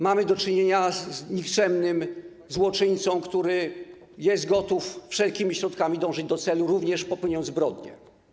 Mamy do czynienia z nikczemnym złoczyńcą, który jest gotów wszelkimi środkami dążyć do celu, również popełniając zbrodnie.